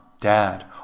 dad